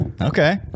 Okay